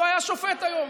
לא היה שופט היום.